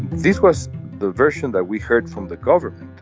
this was the version that we heard from the government.